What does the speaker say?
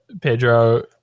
Pedro